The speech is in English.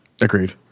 Agreed